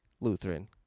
Lutheran